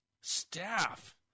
staff